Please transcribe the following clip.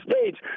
stage